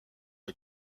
est